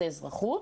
זה האזרחות.